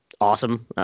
awesome